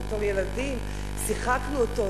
בתור ילדים שיחקנו אותו,